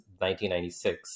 1996